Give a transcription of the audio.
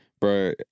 bro